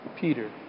Peter